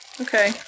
Okay